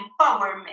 empowerment